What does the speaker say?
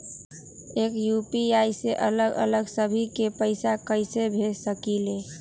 एक यू.पी.आई से अलग अलग सभी के पैसा कईसे भेज सकीले?